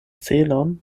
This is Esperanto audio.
celon